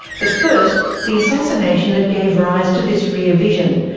but first, the assassination that gave rise to this rear vision,